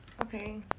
okay